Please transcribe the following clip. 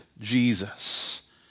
Jesus